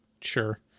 sure